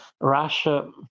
Russia